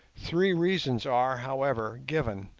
three reasons are, however, given,